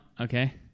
Okay